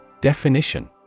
Definition